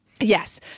Yes